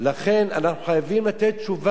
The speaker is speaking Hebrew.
לכן אנחנו חייבים לתת תשובה.